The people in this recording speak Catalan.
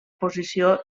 posició